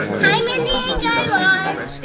hi, mindy and guy raz.